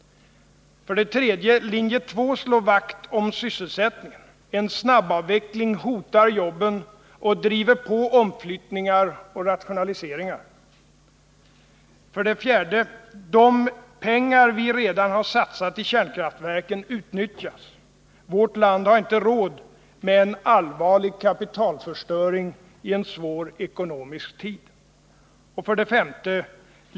3. En snabbavveckling hotar jobben och driver på omflyttningar och rationaliseringar. 4. De pengar vi redan har satsat i kärnkraftverken utnyttjas. Vårt land har inte råd med en allvarlig kapitalförstöring i en svår ekonomisk tid. 5.